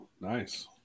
Nice